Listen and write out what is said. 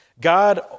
God